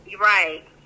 right